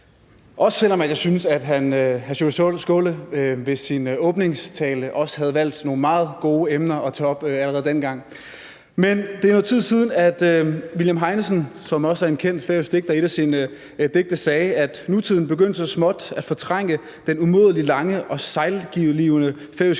også selv om jeg synes, at hr. Sjúrður Skaale allerede i sin tale til åbningsdebatten havde valgt nogle meget gode emner at tage op. Men det er noget tid siden, at William Heinesen, som også er en kendt færøsk digter, i et af sine noveller sagde, at »nutiden... begyndte så småt at fortrænge den umådelig lange og sejglivede færøske